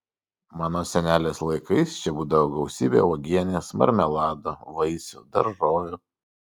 mano senelės laikais čia būdavo gausybė uogienės marmelado vaisių daržovių